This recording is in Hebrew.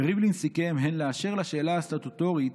וריבלין סיכם: 'הן באשר לשאלה הסטטוטורית,